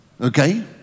Okay